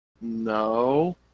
No